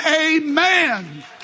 amen